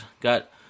got